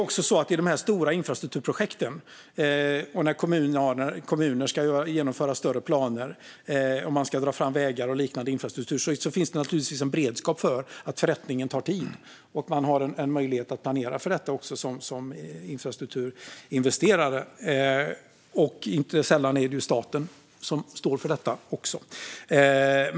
I stora infrastrukturprojekt, som när kommuner ska genomföra stora planer och dra fram vägar och liknande, finns det givetvis en beredskap för att förrättningen tar tid. Som infrastrukturinvesterare har man då en möjlighet att planera för det. Inte sällan står staten också bakom.